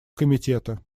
комитета